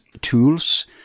tools